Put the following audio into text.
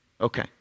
Okay